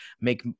make